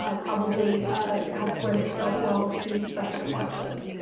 ah probably helps lend itself well to special collections.